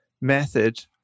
method